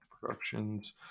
productions